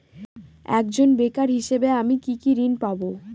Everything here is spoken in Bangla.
একজন বেকার হিসেবে আমি কি কি ঋণ পাব?